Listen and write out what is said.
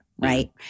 Right